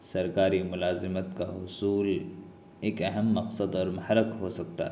سرکاری ملازمت کا حصول ایک اہم مقصد اور محرک ہو سکتا ہے